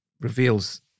reveals